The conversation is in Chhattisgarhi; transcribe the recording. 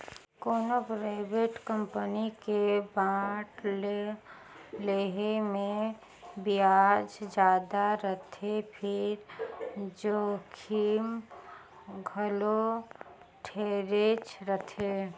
कोनो परइवेट कंपनी के बांड ल लेहे मे बियाज जादा रथे फिर जोखिम घलो ढेरेच रथे